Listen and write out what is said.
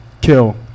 kill